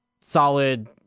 Solid